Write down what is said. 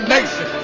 Nation